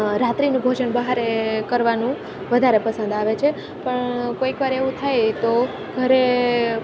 રાત્રિનું ભોજન બહાર કરવાનું વધારે પસંદ આવે છે પણ કોઈકવાર એવું થાય તો ઘરે